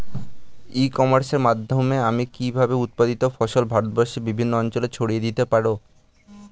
ই কমার্সের মাধ্যমে আমি কিভাবে উৎপাদিত ফসল ভারতবর্ষে বিভিন্ন অঞ্চলে ছড়িয়ে দিতে পারো?